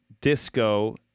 Disco